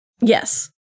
Yes